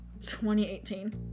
2018